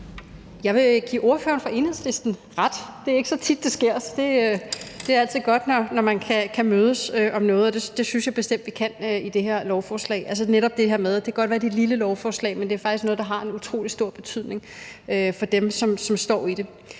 Jeg vil give ordføreren for Enhedslisten ret – det er ikke så tit, det sker. Det er altid godt, når man kan mødes om noget, og det synes jeg bestemt vi kan med det her lovforslag; altså netop det her med, at det godt kan være, at det er et lille lovforslag, men det er faktisk noget, der har en utrolig stor betydning for dem, som det